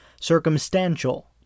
circumstantial